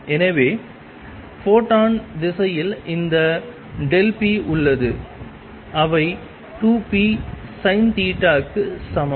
எனவே ஃபோட்டான் திசையில் இந்த pஉள்ளது அவை 2pSinθ க்கு சமம்